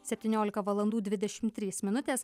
septyniolika valandų dvidešim trys minutės